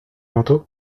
manteaux